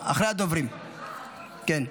אחרי הדוברים, כן.